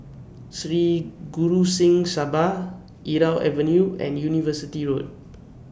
Sri Guru Singh Sabha Irau Avenue and University Road